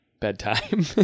bedtime